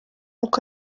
uko